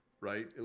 right